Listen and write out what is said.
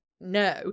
no